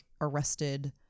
arrested